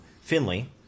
Finley